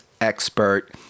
expert